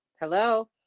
Hello